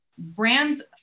brands